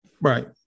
Right